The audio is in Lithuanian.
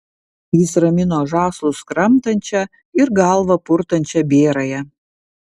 jis ramino žąslus kramtančią ir galvą purtančią bėrąją